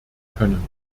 können